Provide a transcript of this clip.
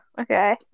okay